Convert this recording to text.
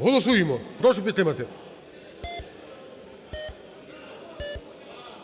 Голосуємо. Прошу підтримати.